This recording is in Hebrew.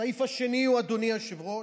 הסעיף השני הוא, אדוני היושב-ראש,